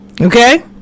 Okay